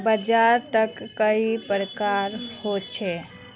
बाजार त कई प्रकार होचे?